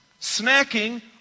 snacking